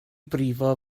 brifo